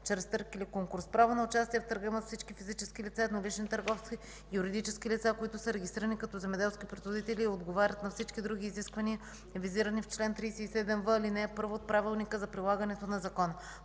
чрез търг или конкурс. Право на участие в търга имат всички физически лица, еднолични търговци и юридически лица, които са регистрирани като земеделски производители и отговарят на всички други изисквания, визирани в чл. 47в, ал. 1 от Правилника за прилагането на закона.